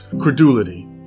credulity